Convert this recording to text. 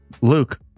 Luke